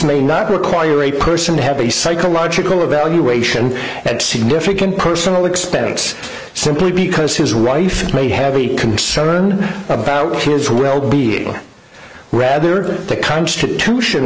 may not require a person to have a psychological evaluation at significant personal expense simply because his rife may have a concern about his well be rather that the constitution